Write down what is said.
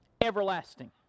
everlasting